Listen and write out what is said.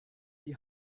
die